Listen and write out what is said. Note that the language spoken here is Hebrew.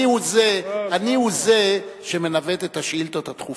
אני הוא זה שמנווט את השאילתות הדחופות,